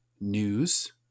news